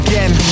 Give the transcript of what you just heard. Again